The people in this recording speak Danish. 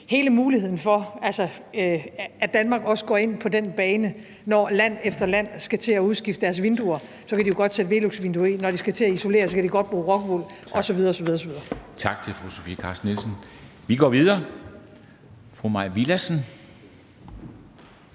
muligheden for også at gå ind på den bane; når land efter land skal til at udskifte deres vinduer, kan de jo godt sætte veluxvinduer i, og når de skal til at isolere, kan de godt bruge rockwool osv. osv. Kl. 13:27 Formanden (Henrik Dam Kristensen): Tak til fru Sofie Carsten Nielsen. Vi går videre til fru Mai Villadsen,